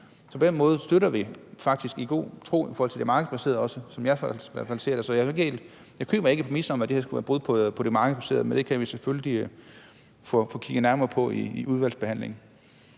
På den måde støtter vi faktisk på en god måde det markedsbaserede, i hvert fald som jeg ser det. Så jeg køber ikke helt præmissen om, at det her skulle være et brud på det markedsbaserede, men det kan vi selvfølgelig få kigget nærmere på i udvalgsbehandlingen.